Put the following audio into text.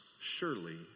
surely